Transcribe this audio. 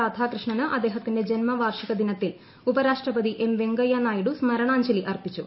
രാധാകൃഷ്ണന് അദ്ദേഹത്തിന്റെ ജൻമ വാർഷിക ദിനത്തിൽ ഉപരാഷ്ട്രപതി എം വെങ്കയ്യ നായിഡു സ്മരണാഞ്ജലി അർപ്പിച്ചു